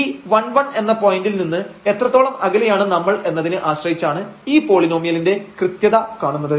ഈ 11 എന്ന പോയന്റിൽ നിന്ന് എത്രത്തോളം അകലെയാണ് നമ്മൾ എന്നതിന് ആശ്രയിച്ചാണ് ഈ പോളിനോമിയലിന്റെ കൃത്യത കാണുന്നത്